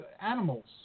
animals